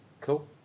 Cool